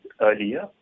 earlier